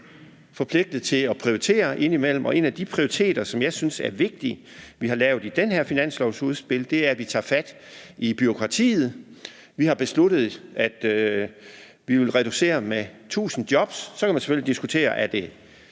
forpligtet til at prioritere indimellem, og en af de prioriteter, som jeg synes det er vigtigt, vi har lavet i det her finanslovsudspil, er, at vi tager fat i bureaukratiet. Vi har besluttet, at vi vil reducere med 1.000 jobs. Så kan man selvfølgelig diskutere,